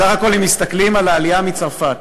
סך הכול, אם מסתכלים על העלייה מצרפת,